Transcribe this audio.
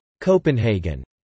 Copenhagen